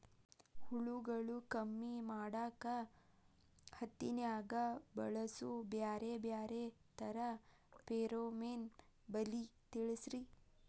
ಹುಳುಗಳು ಕಮ್ಮಿ ಮಾಡಾಕ ಹತ್ತಿನ್ಯಾಗ ಬಳಸು ಬ್ಯಾರೆ ಬ್ಯಾರೆ ತರಾ ಫೆರೋಮೋನ್ ಬಲಿ ತಿಳಸ್ರಿ